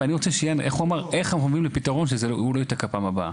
איך אנחנו באים לפתרון שהוא לא ייתקע בפעם הבאה?